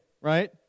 right